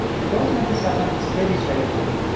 the code to make this happen is pretty straightforward.